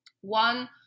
one